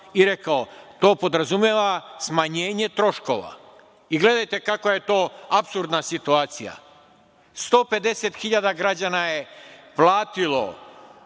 i rekao. To podrazumeva smanjenje troškova i gledajte kako je to apsurdna situacija. Dakle, 150 hiljada građana je platilo